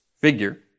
figure